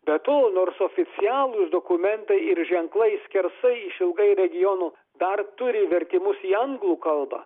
be to nors oficialūs dokumentai ir ženklai skersai išilgai regionų dar turi vertimus į anglų kalbą